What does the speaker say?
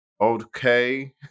okay